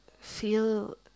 feel